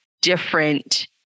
different